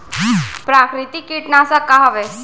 प्राकृतिक कीटनाशक का हवे?